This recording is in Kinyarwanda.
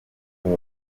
uwo